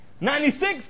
Ninety-six